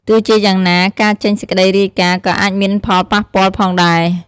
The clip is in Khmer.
ទោះជាយ៉ាងណាការចេញសេចក្តីរាយការណ៍ក៏អាចមានផលប៉ះពាល់ផងដែរ។